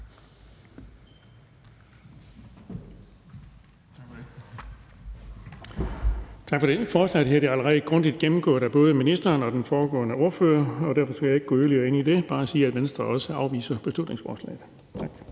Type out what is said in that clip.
Tak for det.